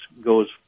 goes